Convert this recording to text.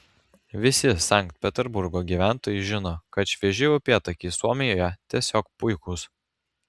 visi sankt peterburgo gyventojai žino kad švieži upėtakiai suomijoje tiesiog puikūs